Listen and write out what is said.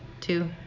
two